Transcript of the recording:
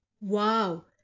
Wow